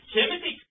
Timothy